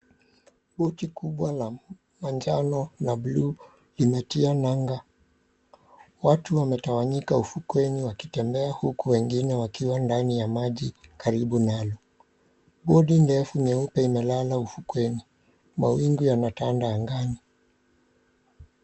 Boti kubwa la manjano na bluu limetia nanga, watu wametawanyika ufukweni wakitembea huku wengine wakiwa ndani ya maji karibu nalo. Boti ndefu nyeupe imelala ufukweni , mawingu yametanda angani.